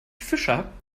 fischer